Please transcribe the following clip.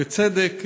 בצדק,